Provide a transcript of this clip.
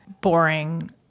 boring